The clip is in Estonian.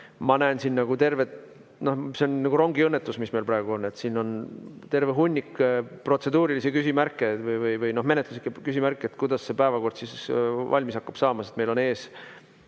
ma näen siin, et see on nagu rongiõnnetus, mis meil praegu on. Siin on terve hunnik protseduurilisi küsimärke või menetluslikke küsimärke, kuidas see päevakord valmis hakkab saama, sest meil on ees